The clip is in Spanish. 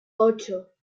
ocho